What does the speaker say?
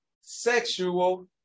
sexual